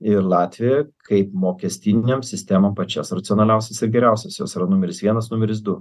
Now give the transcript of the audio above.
ir latviją kaip mokestinėm sistemom pačias racionaliausias ir geriausias jos numeris vienas numeris du